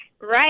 Right